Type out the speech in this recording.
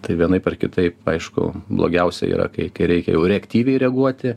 tai vienaip ar kitaip aišku blogiausia yra kai reikia jau reaktyviai reaguoti